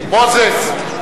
אינו נוכח מוזס.